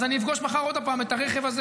אז אני אפגוש מחר עוד פעם את הרכב הזה